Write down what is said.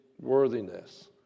worthiness